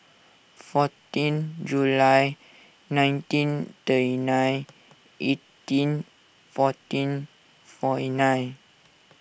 fourteen July nineteen thirty nine eighteen fourteen forty nine